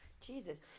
Jesus